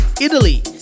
italy